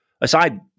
Aside